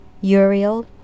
Uriel